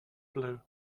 blue